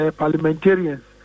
parliamentarians